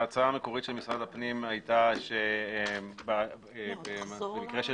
ההצעה המקורית של משרד הפנים הייתה שבמקרה של